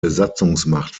besatzungsmacht